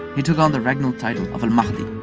he took on the regnal title of al-mahdi,